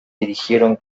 dirigieron